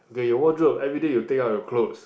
okay your wardrobe every day you take out your clothes